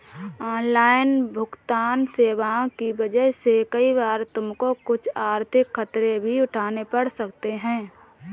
online भुगतन्न सेवाओं की वजह से कई बार तुमको कुछ आर्थिक खतरे भी उठाने पड़ सकते हैं